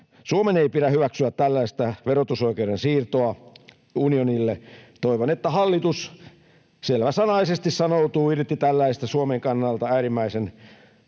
Suomen ei pidä hyväksyä tällaista verotusoikeuden siirtoa unionille. Toivon, että hallitus selväsanaisesti sanoutuu irti tällaisista Suomen kannalta äärimmäisen